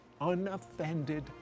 unoffended